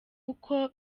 uko